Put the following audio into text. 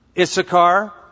Issachar